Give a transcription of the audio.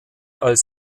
als